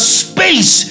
space